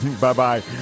Bye-bye